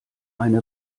eine